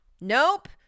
Nope